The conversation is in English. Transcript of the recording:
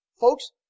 Folks